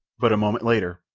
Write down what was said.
but a moment later,